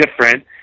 different